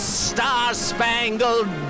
star-spangled